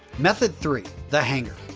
method three. the hanger.